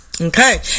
Okay